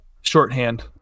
Shorthand